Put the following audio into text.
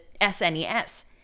SNES